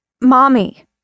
Mommy